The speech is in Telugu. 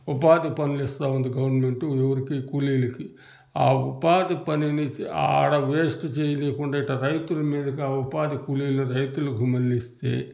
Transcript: ఉపాధి పనులు ఇస్తూ ఉంది గవర్నమెంటు ఎవరికి కూలీలకి ఆ ఉపాధి పనిని చే ఆడ వెస్ట్ చేయనీకుండా ఇట్టా రైతుల మీదకి ఆ ఉపాధి కూలీలను రైతులకు మళ్లిస్తే